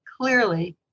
clearly